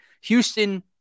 Houston